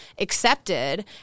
accepted